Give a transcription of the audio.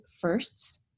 Firsts